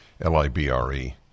L-I-B-R-E